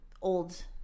old